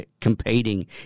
competing